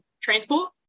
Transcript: transport